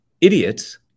idiots